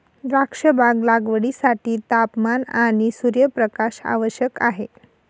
द्राक्षबाग लागवडीसाठी तापमान आणि सूर्यप्रकाश आवश्यक आहे